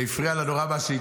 שהפריע לה הנושא מה שהקראתי,